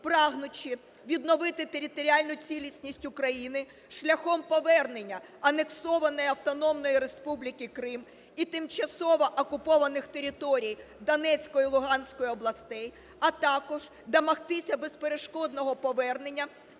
прагнучи відновити територіальну цілісність України шляхом повернення анексованої Автономної Республіки Крим і тимчасово окупованих територій Донецької і Луганської областей, а також домогтися безперешкодного повернення